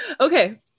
Okay